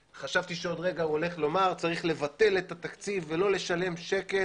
חשבתי שעוד רגע הוא הולך לומר: צריך לבטל את התקציב ולא לשלם שקל,